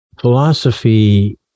Philosophy